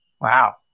Wow